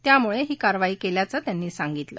त्यामुळे ही कारवाई केल्याचं त्यांनी सांगितलं